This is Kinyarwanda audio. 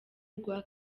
rwa